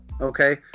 Okay